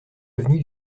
avenue